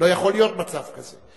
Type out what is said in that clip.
לא יכול להיות מצב כזה.